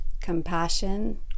compassion